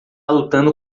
lutando